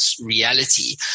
reality